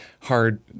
hard